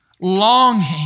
longing